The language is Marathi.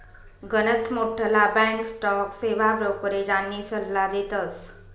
गनच मोठ्ठला बॅक स्टॉक सेवा ब्रोकरेज आनी सल्ला देतस